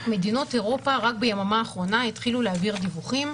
כרגע מדינות אירופה רק ביממה האחרונה התחילו להעביר דיווחים.